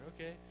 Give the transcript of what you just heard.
okay